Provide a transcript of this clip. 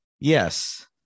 Yes